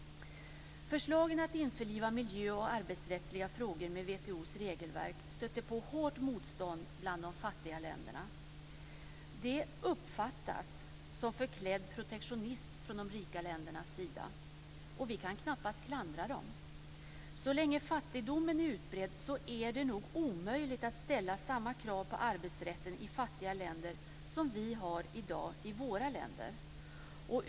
Förslaget om att införliva miljö och arbetsrättsliga frågor med WTO:s regelverk stötte på hårt motstånd bland de fattiga länderna. Det uppfattas som förklädd protektionism från de rika ländernas sida, och vi kan knappast klandra dem. Så länge fattigdomen är utbredd är det nog omöjligt att ställa samma krav på arbetsrätten i fattiga länder som vi har i dag i våra länder.